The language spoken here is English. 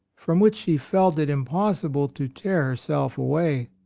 from which she felt it impossible to tear herself away.